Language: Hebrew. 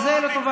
אז זה לטובתכם.